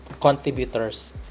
contributors